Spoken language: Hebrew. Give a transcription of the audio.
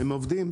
הם עובדים.